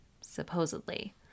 Supposedly